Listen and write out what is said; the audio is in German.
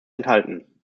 enthalten